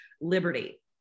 liberty